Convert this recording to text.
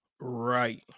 right